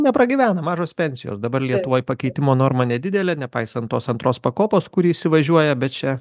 nepragyvena mažos pensijos dabar lietuvoj pakeitimo norma nedidelė nepaisant tos antros pakopos kuri įsivažiuoja bet čia